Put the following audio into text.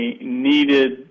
needed